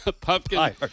pumpkin